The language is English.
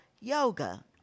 yoga